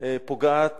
פוגעת